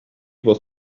was